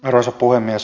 arvoisa puhemies